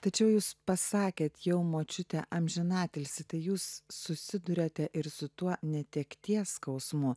tačiau jūs pasakėte jau močiute amžinatilsį tai jūs susiduriate ir su tuo netekties skausmu